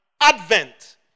advent